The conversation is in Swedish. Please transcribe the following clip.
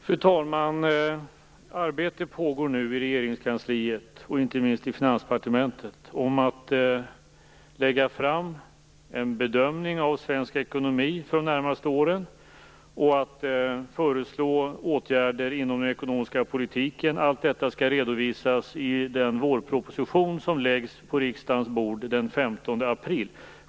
Fru talman! Arbete pågår nu i Regeringskansliet, inte minst i Finansdepartementet, om att lägga fram en bedömning av svensk ekonomi för de närmaste åren och att föreslå åtgärder inom den ekonomiska politiken. Allt detta skall redovisas i den vårproposition som läggs på riksdagens bord den 15 april.